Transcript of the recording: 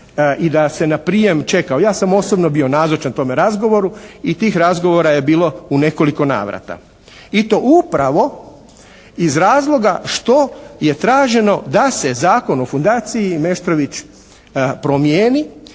i da se na prijem čekalo. Ja sam osobno bio nazočan tome razgovoru i tih razgovora je bilo u nekoliko navrata i to upravo iz razloga što je traženo da se Zakon o fundaciji Meštrović promijeni